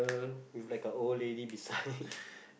with like a old lady beside